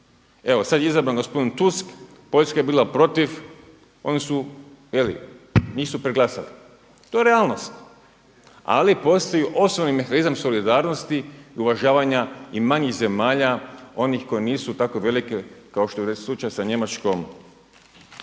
Evo sada je izabran gospodin Tusk, Poljska je bila protiv, njih su preglasali. To je realnost, ali postoji osnovni mehanizam solidarnosti i uvažavanja i manjih zemalja, onih koje nisu tako velike kao što je već slučaj sa Njemačkom,